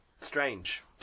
Strange